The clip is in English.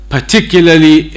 Particularly